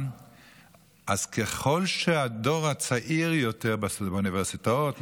רואים שככל שהדור הוא צעיר יותר באוניברסיטאות,